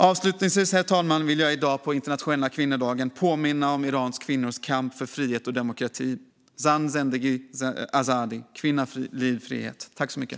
Avslutningsvis, herr talman, vill jag i dag på internationella kvinnodagen påminna om Irans kvinnors kamp för frihet och demokrati: Zan, zendegi, azadi! Kvinna, liv, frihet!